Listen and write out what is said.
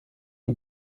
die